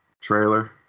trailer